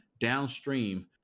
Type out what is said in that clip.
downstream